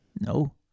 No